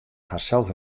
harsels